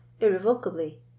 irrevocably